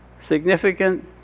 significant